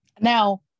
Now